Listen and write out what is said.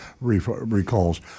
recalls